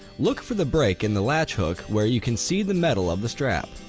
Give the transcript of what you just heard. look for the break in the latch hook where you can see the metal of the strap.